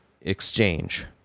exchange